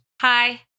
Hi